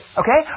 okay